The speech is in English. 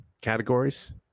categories